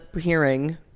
hearing